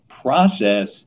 process